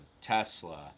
Tesla